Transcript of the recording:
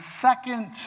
second